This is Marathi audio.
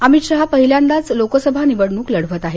अमित शहा पहिल्यांदाच लोकसभा निवडणूक लढवत आहेत